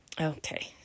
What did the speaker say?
Okay